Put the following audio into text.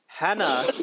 Hannah